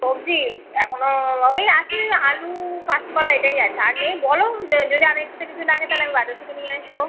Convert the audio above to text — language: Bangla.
সবজি এখনো ওই আছে আলু কাঁচকলা এটাই আছে আর নেই বলো যে যদি আর এক্সট্রা কিছু লাগে তাহলে আমি বাজার থেকে নিয়ে আসবো